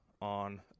on